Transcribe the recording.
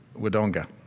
Wodonga